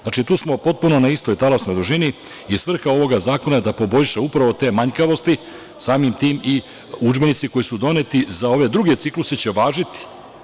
Znači, tu smo potpuno na istoj talasnoj dužini i svrha ovog zakona je da upravo poboljša te manjkavosti, samim tim i udžbenici koji su doneti za ove druge cikluse će važiti.